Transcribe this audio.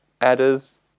adders